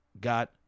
got